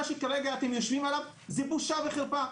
מה שכרגע אתם יושבים עליו זה בושה וחרפה,